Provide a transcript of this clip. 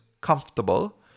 comfortable